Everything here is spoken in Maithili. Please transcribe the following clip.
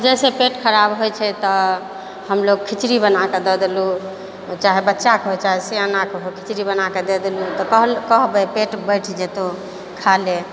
जैसे पेट खराब होइ छै तऽ हम लोग खिचड़ी बनाकऽ दऽ देलहुँ चाहे बच्चाके होइ चाहे सयानाके होइ खिचड़ी बनाकऽ दऽ देलहुँ तऽ कहबै पेट बैठि जेतहु खा ले